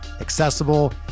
accessible